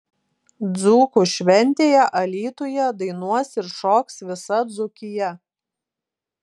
dzūkų šventėje alytuje dainuos ir šoks visa dzūkija